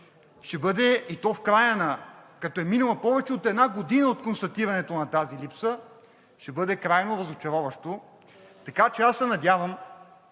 лв., и то в края, като е минала повече от една година от констатирането на тази липса, ще бъде крайно разочароващо. Така че аз се надявам